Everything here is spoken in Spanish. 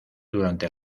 durante